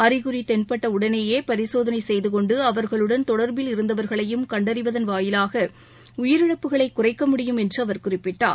அறிகுறிதென்பட்டஉடனேயேபரிசோதனைசெய்துகொண்டு அவர்களுடன் தொடர்பில் இருந்தவர்களையும் கண்டறிவதன் வாயிலாகஉயிரிழப்புகளைகுறைக்க முடியும் என்றுஅவர் குறிப்பிட்டார்